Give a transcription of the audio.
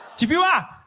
tephiwa!